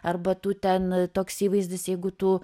arba tu ten toks įvaizdis jeigu tu